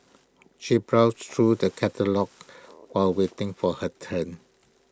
she browsed through the catalogues while waiting for her turn